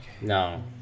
No